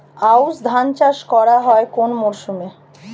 আউশ ধান চাষ করা হয় কোন মরশুমে?